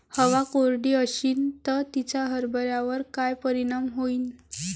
हवा कोरडी अशीन त तिचा हरभऱ्यावर काय परिणाम होईन?